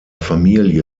familie